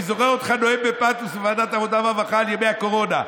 אני זוכר אותך נואם בפתוס בוועדת העבודה והרווחה על ימי הקורונה.